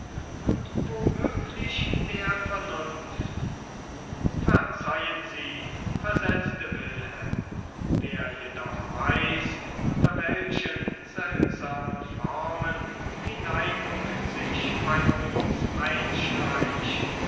und wo möglich der vernunft verzeihen sie versetzte wilhelm wer jedoch weiß unter welchen seltsamen formen die neigung sich bei uns einschleicht